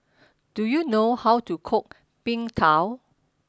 do you know how to cook Png Tao